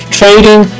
trading